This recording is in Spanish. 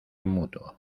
mutuo